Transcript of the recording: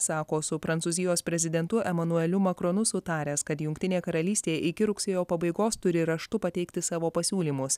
sako su prancūzijos prezidentu emanueliu makronu sutaręs kad jungtinė karalystė iki rugsėjo pabaigos turi raštu pateikti savo pasiūlymus